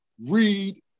read